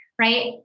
right